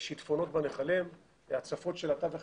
שיטפונות בנחלים, הצפות של התווך